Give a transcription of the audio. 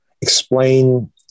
explain